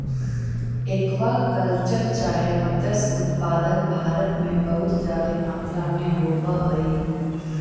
aqua culture चाहे मत्स्य उत्पादन भारत में बहुत जादे मात्रा में होब हई